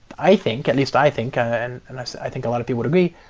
i think, at least i think, and and i so i think a lot of people would agree,